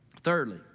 Thirdly